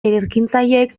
ekintzailek